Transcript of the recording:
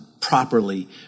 properly